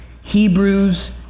Hebrews